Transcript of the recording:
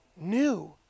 new